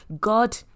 God